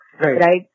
Right